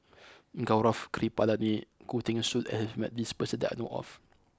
Gaurav Kripalani and Khoo Teng Soon has met this person that I know of